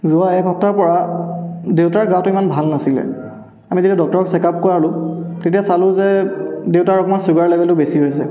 যোৱা এক সপ্তাহৰ পৰা দেউতাৰ গাটো ইমান ভাল নাছিলে আমি যেতিয়া ডক্টৰক চেক আপ কৰালোঁ তেতিয়া চালোঁ যে দেউতাৰ অকণ ছুগাৰ লেভেলটো বেছি হৈছে